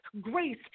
grace